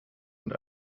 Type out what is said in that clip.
und